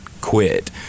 quit